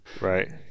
right